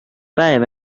päev